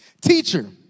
Teacher